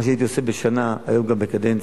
מה שהייתי עושה בשנה, היום גם בקדנציה